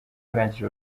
barangije